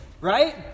right